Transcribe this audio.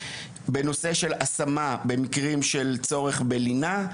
בנושא של השמה במקרים של צורך בלינה,